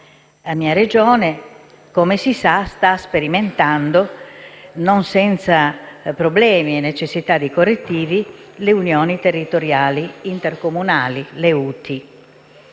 la mia Regione, sta sperimentando, non senza problemi e necessità di correttivi, le unioni territoriali intercomunali (UTI).